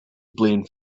blamed